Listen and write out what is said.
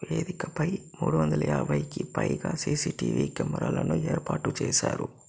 వేదికపై మూడు వందల యాభైకి పైగా సీసీటీవీ కెమెరాలను ఏర్పాటు చేశారు